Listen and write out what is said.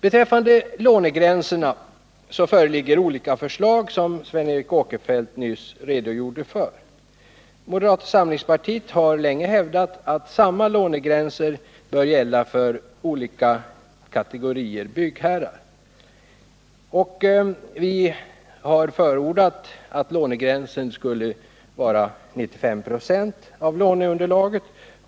Beträffande lånegränserna föreligger olika förslag som Sven Eric Åkerfeldt nyss redogjorde för. Moderata samlingspartiet har länge hävdat att samma lånegränser bör gälla för olika kategorier byggherrar. Vi har förordat att lånegränsen skulle vara 95 96 av låneunderlaget.